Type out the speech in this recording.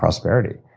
prosperity.